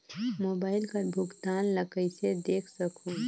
Mobile कर भुगतान ला कइसे देख सकहुं?